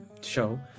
show